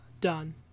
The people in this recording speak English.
done